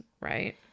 right